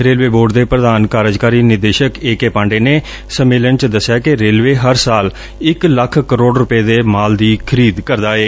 railway board ਦੇ ਪ੍ਰਧਾਨ ਕਾਰਜਕਾਰੀ ਨਿਦੇਸ਼ਕ ਏ ਕੇ ਪਾਂਡੇ ਨੇ ਸੰਮੇਲਣ ਨੁੰ ਦਸਿਆ ਕਿ ਰੇਲਵੇ ਹਰ ਸਾਲ ਇਕੱ ਲੱਖ ਕਰੋੜ ਰੁਪੈ ਦੇ ਮਾਲ ਦੀ ਖਰੀਦ ਕਰਦਾ ਏ